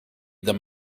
them